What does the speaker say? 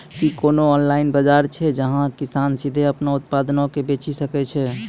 कि कोनो ऑनलाइन बजार छै जैठां किसान सीधे अपनो उत्पादो के बेची सकै छै?